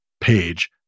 page